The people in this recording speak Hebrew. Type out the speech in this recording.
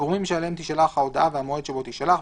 הגורמים שאליהם תישלח ההודעה והמועד שבו תישלח,